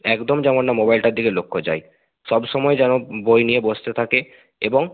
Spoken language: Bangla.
একদম যেমন না মোবাইলটার দিকে লক্ষ্য যায় সবসময় যেন বই নিয়ে বসতে থাকে এবং